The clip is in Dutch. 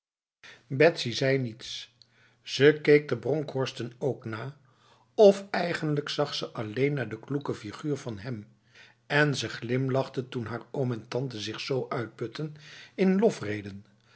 zei niets ze keek de bronkhorsten ook na of eigenlijk zag ze alleen naar de kloeke figuur van hem en ze glimlachte toen haar oom en tante zich zo uitputten in lofredenen